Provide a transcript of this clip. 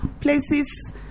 places